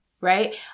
Right